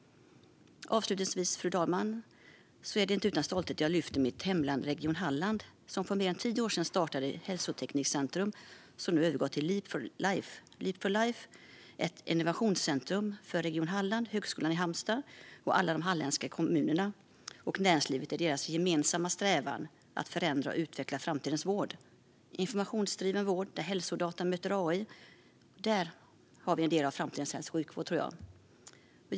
Avslutningsvis, fru talman, är det inte utan stolthet jag lyfter mitt hemlän och Region Halland, som för mer än tio år sedan startade Hälsoteknikcentrum som nu har blivit Leap for Life. Leap for Life är ett innovationscentrum för Region Halland, Högskolan i Halmstad, alla halländska kommuner och näringslivet i deras gemensamma strävan att förändra och utveckla framtidens vård. I informationsdriven vård där hälsodata möter AI har vi en del av framtidens hälso och sjukvård, tror jag.